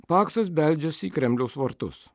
paksas beldžiasi į kremliaus vartus